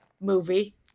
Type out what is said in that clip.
movie